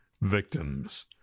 victims